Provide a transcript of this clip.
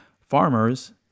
farmers